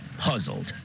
puzzled